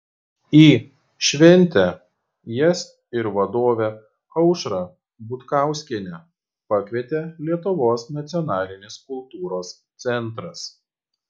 į šventę jas ir vadovę aušrą butkauskienę pakvietė lietuvos nacionalinis kultūros centras